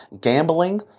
gambling